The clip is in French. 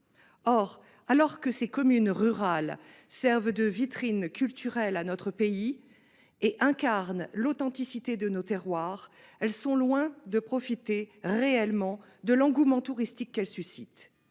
Or, si ces communes rurales servent de vitrine culturelle à notre pays et incarnent l’authenticité de nos terroirs, elles sont loin de profiter réellement de l’engouement touristique qu’elles suscitent.